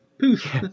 Poof